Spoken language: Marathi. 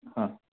हां